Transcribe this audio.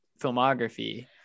filmography